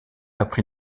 appris